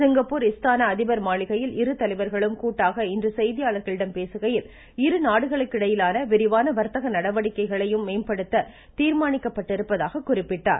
Singapore Istana அதிபர் மாளிகையில் இருதலைவர்களும் கூட்டாக இன்று செய்தியாளர்களிடம் பேசுகையில் இருநாடுகளுக்கிடையிலான விரிவான வர்த்தக நடவடிக்கைகளையும் மேம்படுத்த தீர்மானிக்கப்பட்டிருப்பதாக குறிப்பிட்டார்